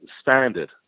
standard